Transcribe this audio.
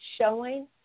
showing